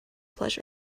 pleasure